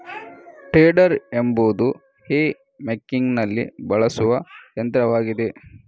tedder ಎಂಬುದು hay ಮೇಕಿಂಗಿನಲ್ಲಿ ಬಳಸುವ ಯಂತ್ರವಾಗಿದೆ